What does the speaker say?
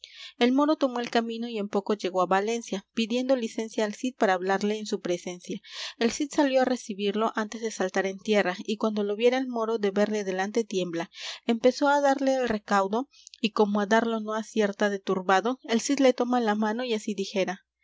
el moro tomó el camino y en poco llegó á valencia pidiendo licencia al cid para hablarle en su presencia el cid salió á recibirlo antes de saltar en tierra y cuando lo viera el moro de verle delante tiembla empezó á darle el recaudo y como á darlo no acierta de turbado el cid le toma la mano y así dijera